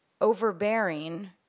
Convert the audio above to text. overbearing